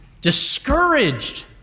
discouraged